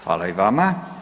Hvala i vama.